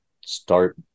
start